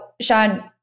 Sean